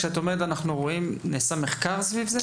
כשאת אומרת "אנחנו רואים", נעשה מחקר סביב זה?